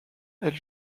elle